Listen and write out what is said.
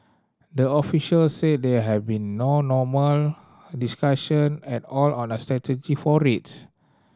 the official said there have been no normal discussion at all on a strategy for rates